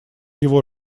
его